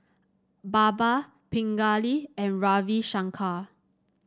Baba Pingali and Ravi Shankar